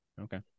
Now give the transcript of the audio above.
Okay